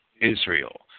Israel